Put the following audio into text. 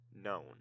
known